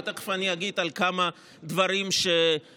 ותכף אני אגיד על כמה דברים שנטענים,